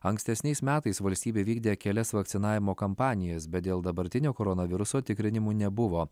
ankstesniais metais valstybė vykdė kelias vakcinavimo kampanijas bet dėl dabartinio koronaviruso tikrinimų nebuvo